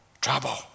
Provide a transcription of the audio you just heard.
trouble